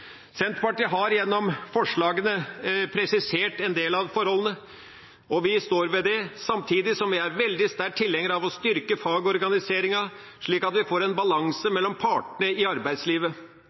Senterpartiet har gjennom forslagene presisert en del av forholdene, og vi står ved det. Samtidig er vi sterke tilhengere av å styrke fagorganiseringa, slik at vi får en balanse mellom partene i arbeidslivet.